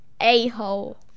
a-hole